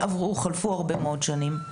חלפו הרבה מאוד שנים.